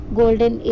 golden